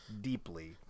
deeply